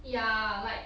ya like